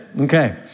Okay